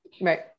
Right